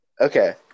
Okay